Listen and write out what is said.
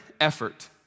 effort